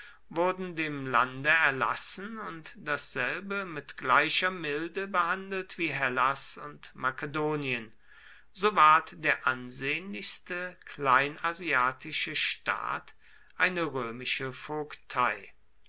wurden dem lande erlassen und dasselbe mit gleicher milde behandelt wie hellas und makedonien so ward der ansehnlichste kleinasiatische staat eine römische vogtei